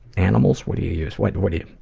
animals, what do you use, what what do you,